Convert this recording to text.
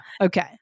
Okay